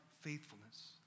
faithfulness